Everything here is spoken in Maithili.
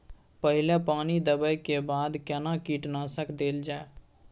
पहिले पानी देबै के बाद केना कीटनासक देल जाय?